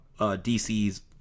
DC's